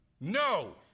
No